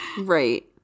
Right